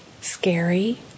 scary